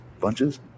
bunches